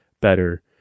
better